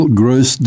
gross